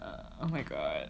oh my god